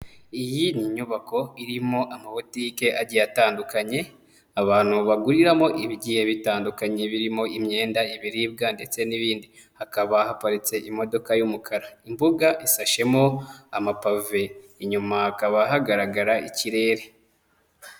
Iyi ni inyubako irimo amabotike agiye atandukanye, abantu baguriramo ibigiye bitandukanye birimo imyenda, ibiribwa ndetse n'ibindi, hakaba haparitse imodoka y'umukara, imbuga ishashemo amapave, inyuma hakaba hagaragara ikirere.